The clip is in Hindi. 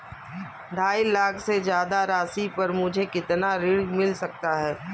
ढाई लाख से ज्यादा राशि पर मुझे कितना ऋण मिल सकता है?